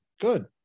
Good